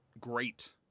Great